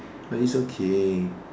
it's okay